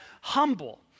humble